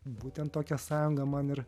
būtent tokią sąjungą man ir